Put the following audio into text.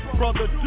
brother